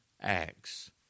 acts